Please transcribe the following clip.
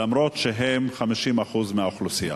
אף שהם 50% מהאוכלוסייה?